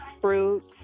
fruits